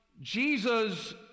Jesus